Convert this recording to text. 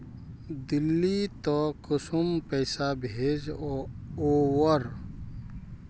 दिल्ली त कुंसम पैसा भेज ओवर?